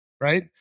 right